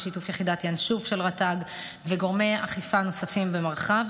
בשיתוף יחידת ינשוף של רט"ג וגורמי אכיפה נוספים במרחב,